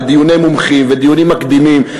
ודיוני מומחים ודיונים מקדימים.